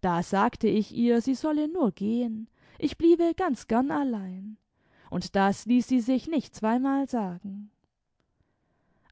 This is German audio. da sagte ich ihr sie solle nur gehen ich bliebe ganz gern allein und das ließ sie eich nicht zweimal sagen